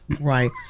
Right